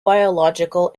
biological